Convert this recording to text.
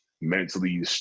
mentally